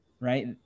right